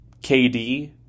KD